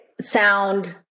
sound